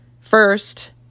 First